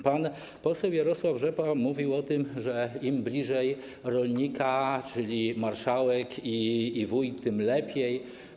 Pan poseł Jarosław Rzepa mówił o tym, że im bliżej rolnika, czyli marszałek i wójt, tym lepiej.